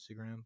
Instagram